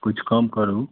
किछु कम करू